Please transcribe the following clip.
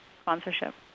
sponsorship